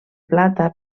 plata